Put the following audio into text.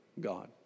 God